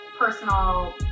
personal